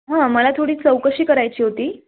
हां मला थोडी चौकशी करायची होती